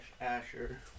Asher